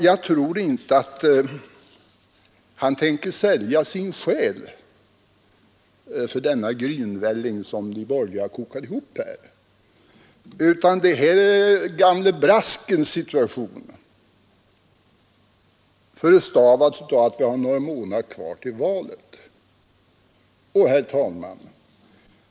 Jag tror inte att han tänker sälja sin själ för denna grynvälling som de borgerliga kokar ihop. Nej, det här är gamle Braskens situation, förestavad av att vi har några månader kvar till valet. Herr talman!